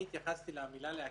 התייחסתי במילה "להקל"